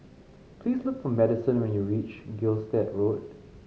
please look for Madison when you reach Gilstead Road